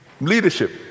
Leadership